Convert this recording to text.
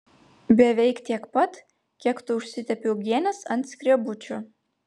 beveik tiek pat kiek tu užsitepi uogienės ant skrebučio